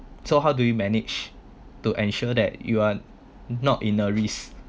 so how do you manage to ensure that you're not in a risk